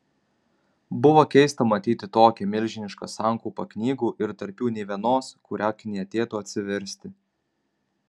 buvo keista matyti tokią milžinišką sankaupą knygų ir tarp jų nė vienos kurią knietėtų atsiversti